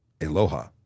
Aloha